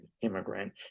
immigrant